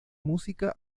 música